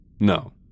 No